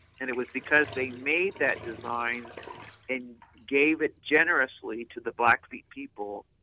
and, it was because they made that design and gave it generously to the blackfeet people,